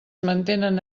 mantenen